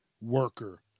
worker